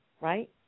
right